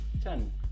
Ten